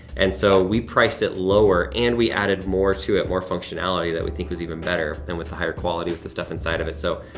and so we priced it lower, and we added more to it, more functionality, that we think was even better than with the higher quality with the stuff inside of it. so,